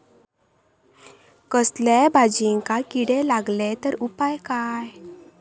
कसल्याय भाजायेंका किडे लागले तर उपाय काय?